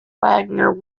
wagner